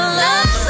love